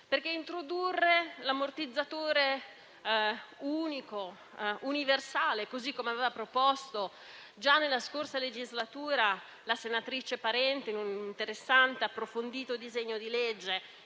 introdurre infatti l'ammortizzatore unico universale, come aveva proposto già nella scorsa legislatura la senatrice Parente, in un interessante e approfondito disegno di legge,